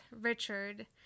Richard